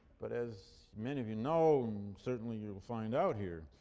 but as many of you know, and certainly you will find out here,